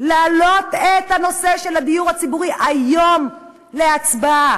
להעלות את הנושא של הדיור הציבורי היום להצבעה.